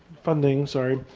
funding sorry,